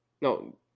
No